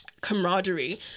camaraderie